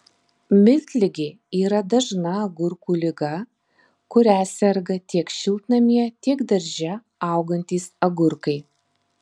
miltligė yra dažna agurkų liga kuria serga tiek šiltnamyje tiek darže augantys agurkai